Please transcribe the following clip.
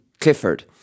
Clifford